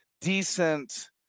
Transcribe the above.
decent –